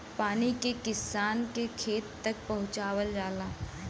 पानी के किसान के खेत तक पहुंचवाल जाला